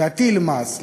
להטיל מס,